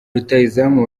rutahizamu